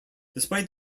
despite